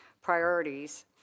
priorities